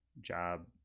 job